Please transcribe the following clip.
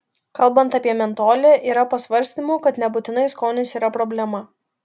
kalbant apie mentolį yra pasvarstymų kad nebūtinai skonis yra problema